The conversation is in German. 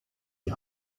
die